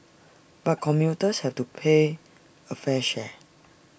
but commuters have to pay A fair share